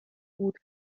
بود